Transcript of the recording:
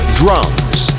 drums